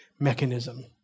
mechanism